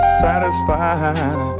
satisfied